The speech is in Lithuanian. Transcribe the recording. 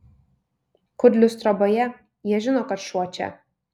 kudlius troboje jie žino kad šuo čia